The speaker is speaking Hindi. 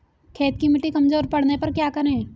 खेत की मिटी कमजोर पड़ने पर क्या करें?